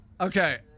Okay